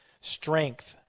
strength